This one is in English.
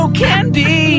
candy